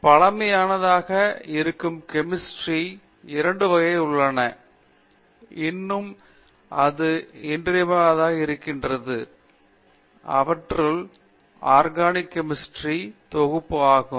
பழையதாக இருக்கும் கெமிஸ்ட்ரி இரண்டு வகைகள் உள்ளன இன்றும் அது இன்றியமையாததாக இருக்கிறது அவற்றுள் ஒன்று ஆர்கானிக் கெமிஸ்ட்ரி தொகுப்பு ஆகும்